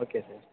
okay sir